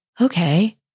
okay